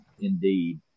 Indeed